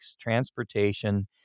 transportation